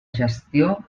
gestió